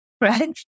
right